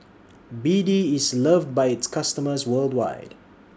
B D IS loved By its customers worldwide